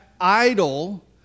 idle